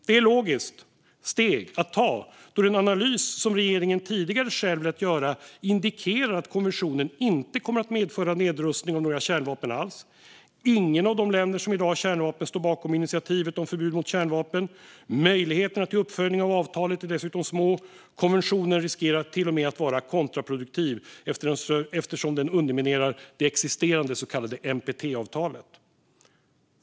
Det är ett logiskt steg att ta, då den analys regeringen tidigare själv lät göra indikerar att konventionen inte kommer att medföra nedrustning av några kärnvapen alls. Inga av de länder som i dag har kärnvapen står bakom initiativet om förbud mot kärnvapen. Möjligheterna till uppföljning av avtalet är dessutom små. Konventionen riskerar till och med att vara kontraproduktiv, eftersom den underminerar det existerande så kallade NPT-avtalet.